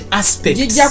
aspects